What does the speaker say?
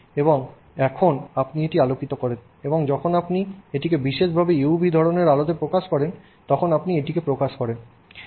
এবং এখন আপনি এটি আলোকিত করেন এবং যখন আপনি একটিকে বিশেষভাবে UV ধরণের আলোতে প্রকাশ করেন তখন আপনি এটি প্রকাশ করেন